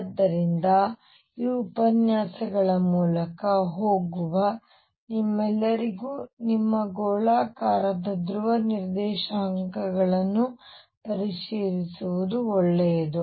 ಆದ್ದರಿಂದ ಈ ಉಪನ್ಯಾಸಗಳ ಮೂಲಕ ಹೋಗುವ ನಿಮ್ಮೆಲ್ಲರಿಗೂ ನಿಮ್ಮ ಗೋಳಾಕಾರದ ಧ್ರುವ ನಿರ್ದೇಶಾಂಕಗಳನ್ನು ಪರಿಶೀಲಿಸುವುದು ಒಳ್ಳೆಯದು